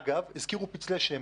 אגב, הזכירו פצלי שמן.